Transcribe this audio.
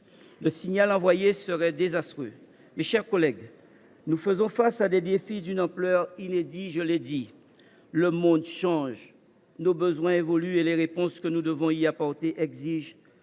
Le signal envoyé serait désastreux. Mes chers collègues, nous faisons face à des défis d’une ampleur inédite. Le monde change et nos besoins évoluent. Les réponses que nous devons y apporter exigent